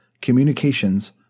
Communications